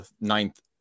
ninth